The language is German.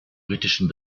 britischen